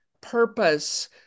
purpose